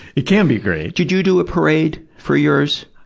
it can be great. did you do a parade for yours?